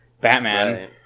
Batman